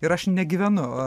ir aš negyvenu